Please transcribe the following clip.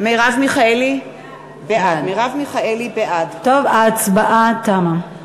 בעד טוב, ההצבעה תמה.